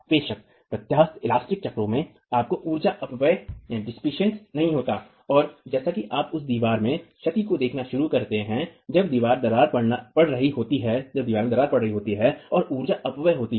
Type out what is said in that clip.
बेशक प्रत्यास्थ चक्रों में आपको ऊर्जा अपव्यय नहीं होता है और जैसा कि आप उस दीवार में क्षति को देखना शुरू करते हैं जब दरार पड़ रही होती है और ऊर्जा अपव्यय होती है